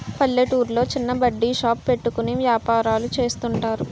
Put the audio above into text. పల్లెటూర్లో చిన్న బడ్డీ షాప్ పెట్టుకుని వ్యాపారాలు చేస్తుంటారు